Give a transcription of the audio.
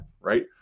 right